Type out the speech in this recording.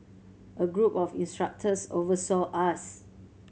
a group of instructors oversaw us